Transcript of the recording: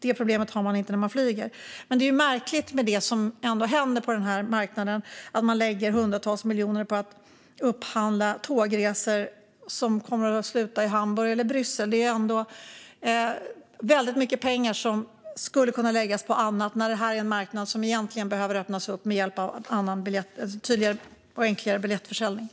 Det problemet har man inte när man flyger. Det som händer på den här marknaden är märkligt. Man lägger hundratals miljoner på att upphandla tågresor som kommer att sluta i Hamburg eller Bryssel. Det är ändå väldigt mycket pengar, som skulle kunna läggas på annat när det här är en marknad som egentligen behöver öppnas upp med hjälp av en tydligare och enklare biljettförsäljning.